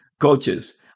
Coaches